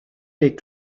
les